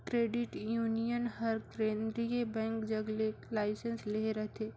credit union हर केंद्रीय bank जग ले लाइसेंस लेहे रहथे